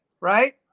right